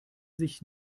sich